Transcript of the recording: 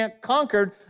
conquered